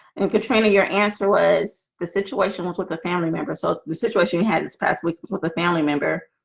in katrina your answer was the situation was with the family member so the situation he had this past week with a family member